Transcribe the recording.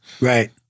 Right